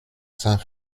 saint